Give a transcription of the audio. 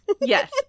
Yes